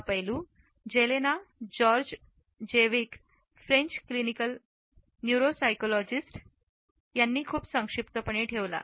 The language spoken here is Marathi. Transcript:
हा पैलू Jelena Djordjevic French clinical neuropsychologist यांनी खूप संक्षिप्तपणे ठेवला